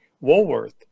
Woolworth